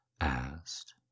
asked